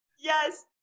Yes